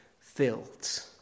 filled